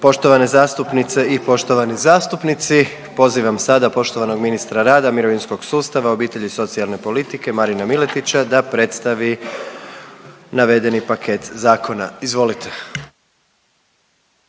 Poštovane zastupnice i poštovani zastupnici, pozivam sada poštovanog ministra rada, mirovinskog sustava, obitelji i socijalne politike Marina Piletića, da predstavi navedeni paket zakona. Izvolite.